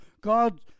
God